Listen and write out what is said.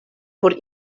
por